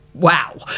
wow